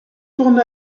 tourne